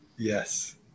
Yes